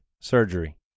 surgery